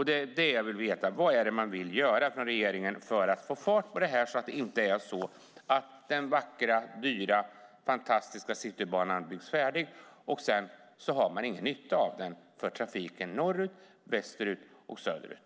Det är det jag vill veta: Vad vill regeringen göra för att få fart på det här så att inte den vackra, dyra och fantastiska Citybanan byggs färdigt, och sedan har man ingen nytta av den för trafiken norrut, västerut och söderut?